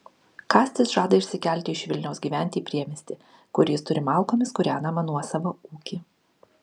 kastis žada išsikelti iš vilniaus gyventi į priemiestį kur jis turi malkomis kūrenamą nuosavą ūkį